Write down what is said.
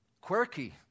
quirky